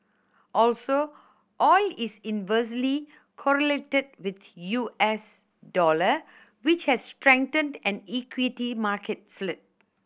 also oil is inversely correlated with U S dollar which has strengthened and equity market slid